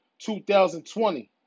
2020